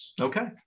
okay